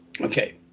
Okay